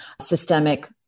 systemic